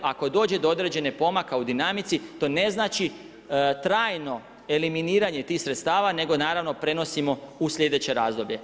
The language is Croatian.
Ako dođe do određenih pomaka u dinamici to ne znači trajno eliminiranje tih sredstava, nego naravno prenosimo u sljedeće razdoblje.